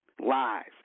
Lies